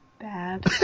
Bad